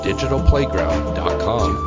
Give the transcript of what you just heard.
Digitalplayground.com